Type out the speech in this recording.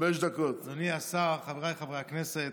אדוני השר, חבריי חברי הכנסת,